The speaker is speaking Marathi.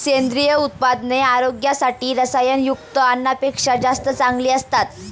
सेंद्रिय उत्पादने आरोग्यासाठी रसायनयुक्त अन्नापेक्षा जास्त चांगली असतात